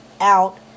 out